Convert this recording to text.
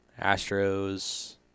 Astros